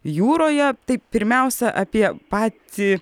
jūroje tai pirmiausia apie patį